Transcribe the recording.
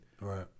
Right